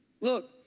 Look